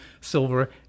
silver